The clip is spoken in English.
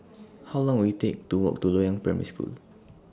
How Long Will IT Take to Walk to Loyang Primary School